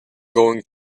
going